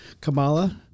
Kamala